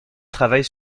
travaille